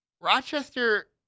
Rochester